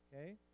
okay